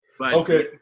Okay